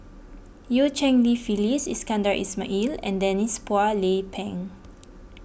Eu Cheng Li Phyllis Iskandar Ismail and Denise Phua Lay Peng